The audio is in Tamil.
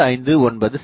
859 செ